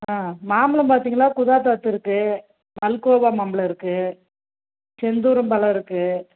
ஆ மாம்பழம் பார்த்திங்கன்னா இருக்குது மல்கோவா மாம்பழம் இருக்குது செந்தூரம் பழம் இருக்குது